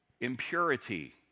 Impurity